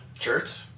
Shirts